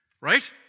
right